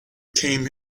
came